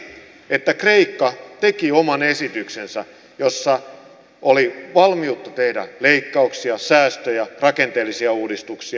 kysymys on nyt siitä että kreikka teki oman esityksensä jossa oli valmiutta tehdä leikkauksia säästöjä rakenteellisia uudistuksia